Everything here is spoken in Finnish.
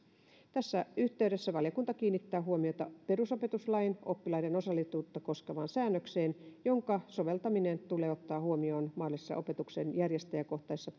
tässä yhteydessä valiokunta kiinnittää huomiota perusopetuslain oppilaiden osallisuutta koskevaan säännökseen jonka soveltaminen tulee ottaa huomioon mahdollisissa opetuksen järjestäjäkohtaisten